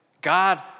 God